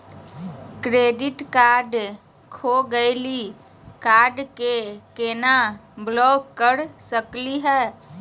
Credit card खो गैली, card क केना ब्लॉक कर सकली हे?